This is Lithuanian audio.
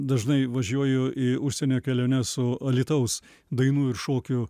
dažnai važiuoju į užsienio keliones su alytaus dainų ir šokių